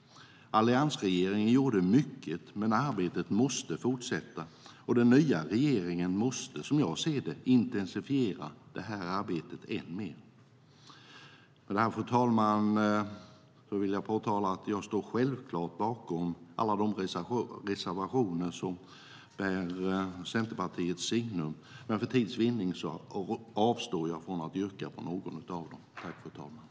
Alliansregeringen gjorde mycket, men arbetet måste fortsätta. Och den nya regeringen måste intensifiera arbetet än mer.